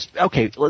Okay